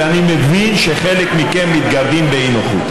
ואני מבין שחלק מכם מתגרדים באי-נוחות,